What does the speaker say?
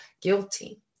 guilty